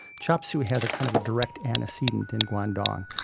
chop suey has a kind of direct antecedent in guangdong,